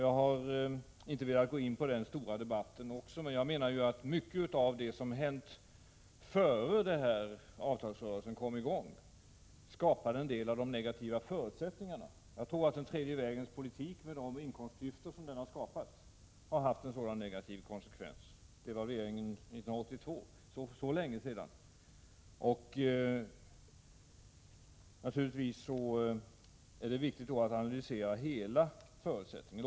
Jag har inte velat gå in på en så omfattande debatt, men mycket av det som hände innan avtalsrörelsen kom i gång skapade en del av de negativa förutsättningarna. Den tredje vägens politik, med de inkomstklyftor som den har skapat, har fått en sådan negativ konsekvens. Det gäller t.ex. devalveringen 1982. Det är naturligtvis viktigt att analysera hela förutsättningen.